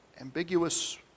ambiguous